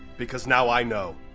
because now i know